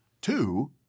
Two